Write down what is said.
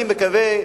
אני מקווה,